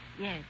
Yes